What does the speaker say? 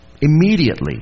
Immediately